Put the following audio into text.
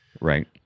Right